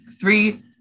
three